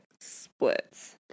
splits